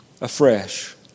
afresh